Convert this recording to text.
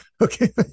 Okay